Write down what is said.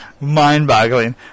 mind-boggling